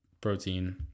protein